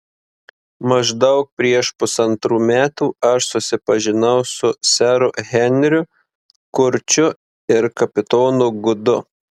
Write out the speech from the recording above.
maždaug prieš pusantrų metų aš susipažinau su seru henriu kurčiu ir kapitonu gudu